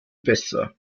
besser